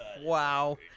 Wow